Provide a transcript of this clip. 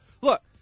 look